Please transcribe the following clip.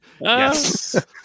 yes